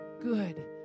good